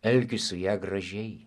elkis su ja gražiai